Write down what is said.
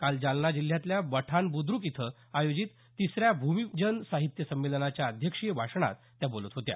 काल जालना जिल्ह्यातल्या बठाण बुद्रक इथं आयोजित तिसऱ्या भूमिजन साहित्य संमेलनाच्या अध्यक्षीय भाषणात त्या बोलत होत्या